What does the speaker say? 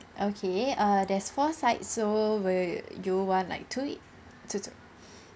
okay uh there's four side so where you want like two it two two